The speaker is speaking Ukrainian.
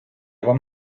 вам